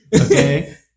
Okay